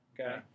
Okay